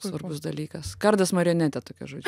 svarbus dalykas kardas marionetė tokia žodžiu